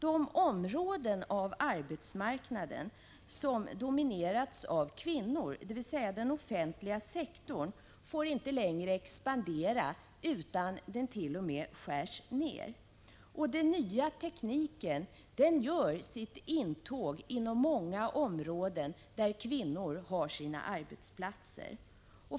De områden av arbetsmarknaden som domineras av kvinnor, dvs. den offentliga sektorn, får inte expandera utan skärs t.o.m. ned. Den nya tekniken gör också sitt intåg på många områden där kvinnor har sina arbeten.